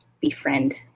befriend